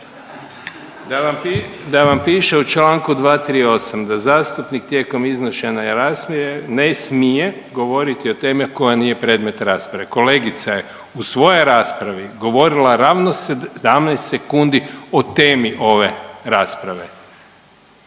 Da vam piše u čl. 238. da zastupnik tijekom iznošenja … ne smije govoriti o temi koja nije predmet rasprave. Kolegica je u svojoj raspravi govorila ravno 17 sekundi o temi ove rasprave.